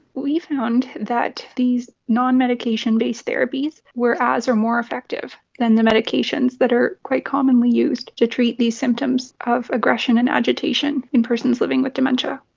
we found that these non-medication based therapies were as or more effective than the medications that are quite commonly used to treat the symptoms of aggression and agitation in persons living with dementia.